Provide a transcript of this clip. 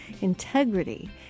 integrity